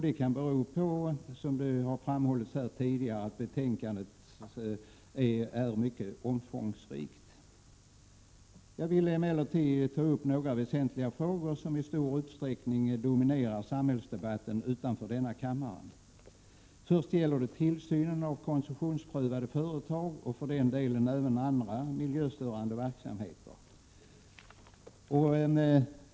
Det kan bero, som jag tidigare framhållit, på att betänkandet är mycket omfångsrikt. Jag vill emellertid ta upp några väsentliga frågor, som i stor utsträckning dominerar samhällsdebatten utanför denna kammare. Först gäller det tillsynen av koncessionsprövade företag och för den delen även andra miljöstörande verksamheter.